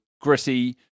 gritty